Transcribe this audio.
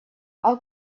how